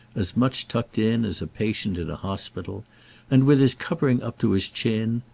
as much tucked in as a patient in a hospital and, with his covering up to his chin,